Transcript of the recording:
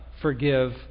forgive